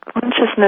consciousness